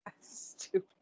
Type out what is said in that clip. Stupid